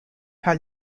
par